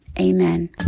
amen